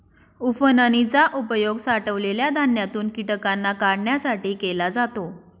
उफणनी चा उपयोग साठवलेल्या धान्यातून कीटकांना काढण्यासाठी केला जातो